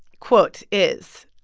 quote is,